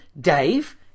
Dave